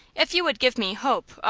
if you would give me hope